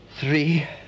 three